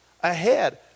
ahead